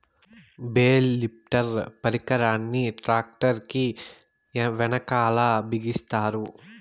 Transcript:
bale lifter పరికరాన్ని tractor కీ వెనకాల బిగిస్తారు